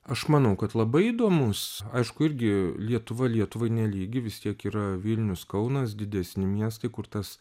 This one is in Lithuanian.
aš manau kad labai įdomus aišku irgi lietuva lietuvai nelygi vis tiek yra vilnius kaunas didesni miestai kur tas